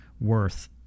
worth